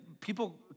people